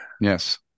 Yes